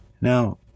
Now